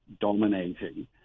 dominating